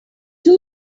two